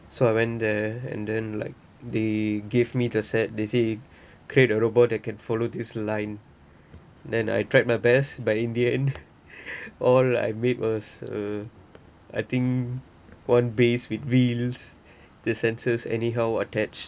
so I went there and then like they gave me the set they say create a robot that can follow this line then I tried my best but in the end all I made was uh I think one base with wheels the senses anyhow attached